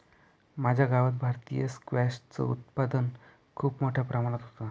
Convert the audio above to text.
माझ्या गावात भारतीय स्क्वॅश च उत्पादन खूप मोठ्या प्रमाणात होतं